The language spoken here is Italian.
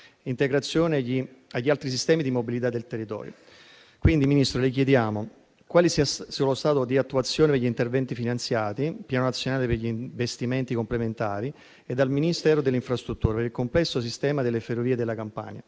integrazione agli altri sistemi di mobilità del territorio. Signor Ministro, le chiediamo quale sia lo stato di attuazione degli interventi finanziati dal Piano nazionale per gli investimenti complementari e dal Ministero delle infrastrutture per il complesso sistema delle ferrovie della Campania.